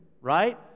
right